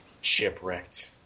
Shipwrecked